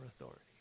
authority